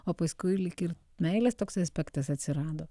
o paskui lyg ir meilės toks inspektas atsirado